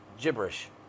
gibberish